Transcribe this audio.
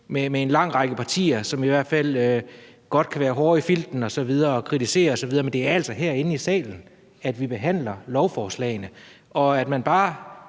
med en lang række partier, som jo i hvert fald godt kan være hårde i filten og kritisere osv., men det er altså herinde i salen, at vi behandler lovforslagene. Det, at man på